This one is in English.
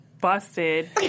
busted